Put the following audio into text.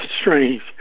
strange